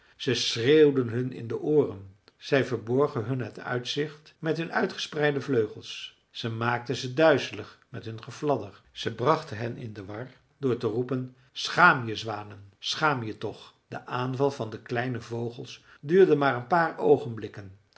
zij schreeuwden hun in de ooren zij verborgen hun het uitzicht met hun uitgespreide vleugels ze maakten ze duizelig met hun gefladder ze brachten hen in de war door te roepen schaam je zwanen schaam je toch de aanval van de kleine vogels duurde maar een paar